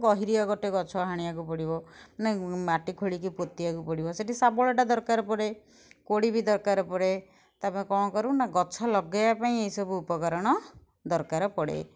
ଗହିରିୟା ଗୋଟେ ଗଛ ହାଣିବାକୁ ପଡ଼ିବ ନାଇଁ ମାଟି ଖୋଳିକି ପୋତିବାକୁ ପଡ଼ିବ ସେଠି ଶାବଳଟା ଦରକାର ପଡ଼େ କୋଡ଼ି ବି ଦରକାର ପଡ଼େ ତାପରେ କଣ କରୁ ନା ଗଛ ଲଗେଇବା ପାଇଁ ଏଇ ସବୁ ଉପକରଣ ଦରକାର ପଡ଼େ